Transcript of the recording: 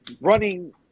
running